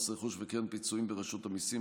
מס רכוש וקרן פיצויים ברשות המיסים,